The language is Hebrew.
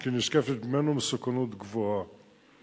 וכי נשקפת ממנו מסוכנות גבוהה.